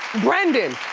brendan!